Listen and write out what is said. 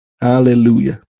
Hallelujah